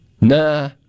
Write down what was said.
nah